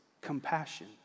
compassion